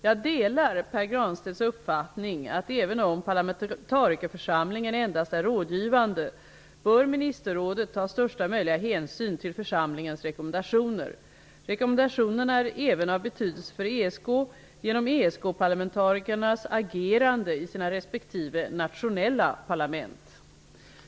Jag delar Pär Granstedts uppfattning att även om parlamentarikerförsamlingen endast är rådgivande bör ministerrådet ta största möjliga hänsyn till församlingens rekommendationer. Rekommendationerna är även av betydelse för ESK genom ESK-parlamentarikernas agerande i sina respektive nationella parlament.